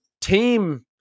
team